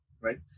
Right